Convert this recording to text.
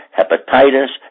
hepatitis